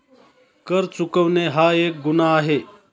कर चुकवणे हा एक गुन्हा आहे